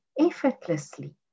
effortlessly